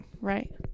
Right